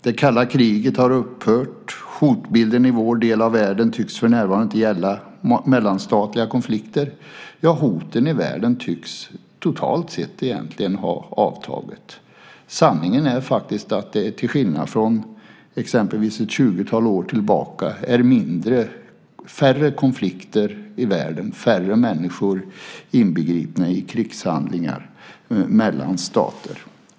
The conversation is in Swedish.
Det kalla kriget har upphört. Hotbilden i vår del av världen tycks för närvarande inte gälla mellanstatliga konflikter. Hoten i världen tycks totalt sett egentligen ha avtagit. Sanningen är faktiskt att till skillnad från ett tjugotal år tillbaka är det färre konflikter i världen och färre människor inbegripna i krigshandlingar mellan stater.